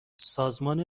سازمان